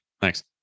thanks